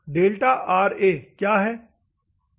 delta Ra क्या है